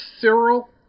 Cyril